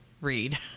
read